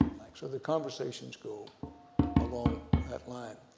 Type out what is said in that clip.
so the conversations go along that line,